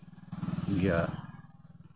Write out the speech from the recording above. ᱯᱮᱭᱟ